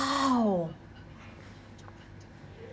!wow!